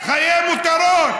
חיי מותרות.